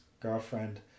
girlfriend